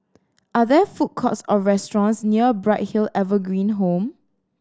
are there food courts or restaurants near Bright Hill Evergreen Home